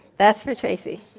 that's for tracey.